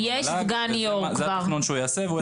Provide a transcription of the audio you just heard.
זה התכנון שהוא יעשה.